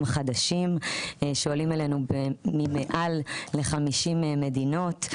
חדשים שעולים אלינו ממעל ל-50 מדינות.